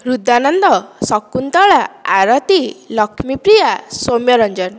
Hrudananda Shakuntala Arati Laxmipriya Soumyaranjan